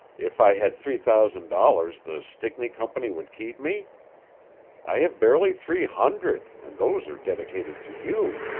if i had three thousand dollars the stickney company would keep me i have barely three hundred and those are dedicated to you.